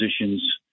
positions